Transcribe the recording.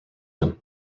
him